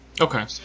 okay